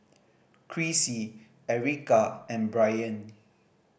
Crissy Ericka and Brianne